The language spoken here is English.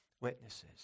witnesses